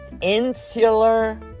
insular